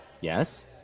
Yes